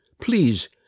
please